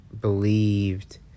believed